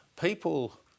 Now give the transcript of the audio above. People